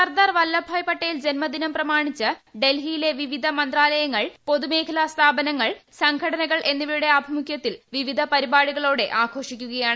സർദാർ വല്ലഭായ് പട്ടേൽ ്ജന്മദിനം പ്രമാണിച്ച് ഡൽഹിയിൽ വിവിധ മന്ത്രാലയങ്ങൾ പൊതു മേഖലാ സ്ഥാപനങ്ങൾ സംഘടനകൾ എന്നിപ്യുടെ ആഭിമുഖ്യത്തിൽ വിവിധ പരിപാടികളോടെ ആഘോഷിക്കുകയാണ്